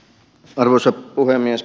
arvoisa puhemies